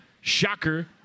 shocker